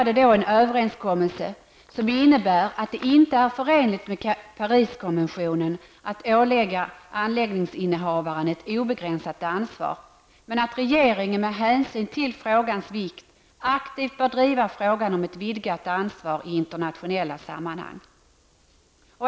Denna överenskommelse innebär att det inte är förenligt med Pariskonventionen att ålägga anläggningsinnehavaren ett obegränsat ansvar, men att regeringen, med hänsyn till frågans vikt, aktivt bör driva frågan om ett vidgat ansvar i internationella sammanhang.